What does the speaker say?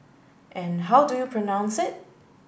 and how do you pronounce it